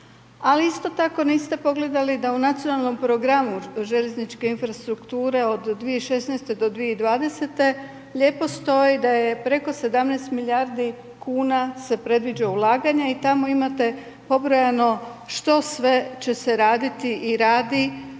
a isto tako niste pogledali da u nacionalnom programu željezničke infrastrukture od 2016.-2020. lijepo stoji da je preko 17 milijardi kn se predviđa ulaganja i tamo imate pobrojano što sve će se raditi i radi,